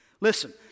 Listen